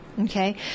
Okay